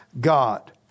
God